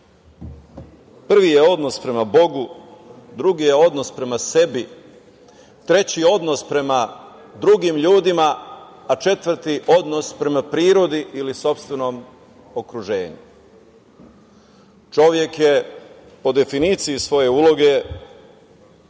Prvi je odnos prema Bogu, drugi je odnos prema sebi, treći je odnos prema drugim ljudima, a četvrti odnos prema prirodi ili sopstvenom okruženju. Čovek je, po definiciji svoje uloge, gospodar na